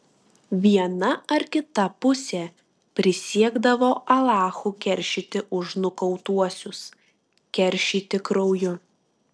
viena ar kita pusė prisiekdavo alachu keršyti už nukautuosius keršyti krauju